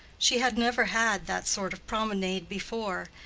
she had never had that sort of promenade before,